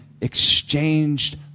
exchanged